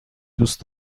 دوست